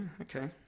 okay